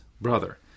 brother